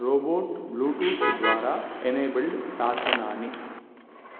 robot Bluetooth द्वारा enabled साधनानि